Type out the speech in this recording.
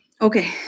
okay